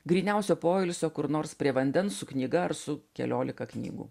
gryniausio poilsio kur nors prie vandens su knyga ar su keliolika knygų